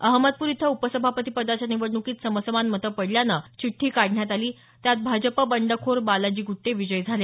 अहमदपूर इथं उपसभापतीपदाच्या निवडण्कीत समसमान मतं पडल्यानं चिठ्ठी काढण्यात आली त्यात भाजपा बंडखोर बालाजी गुट्टे विजयी झाले